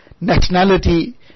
nationality